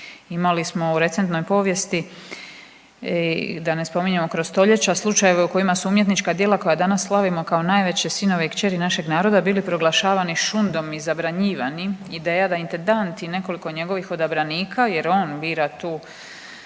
Imali smo u recentnoj povijesti i da ne spominjemo kroz stoljeća, slučajeve u kojima su umjetnička djela koja danas slavimo kao najveće sinove i kćeri našeg naroda bili proglašavani šundom i zabranjivani, ideja da intendant i nekoliko njegovih odabranika jer on bira tu